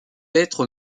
être